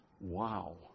Wow